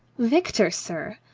victor, sir?